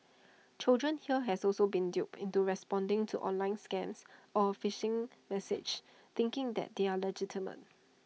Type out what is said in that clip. children here has also been duped into responding to online scams or A phishing message thinking that they are legitimate